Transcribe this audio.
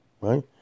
Right